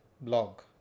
blog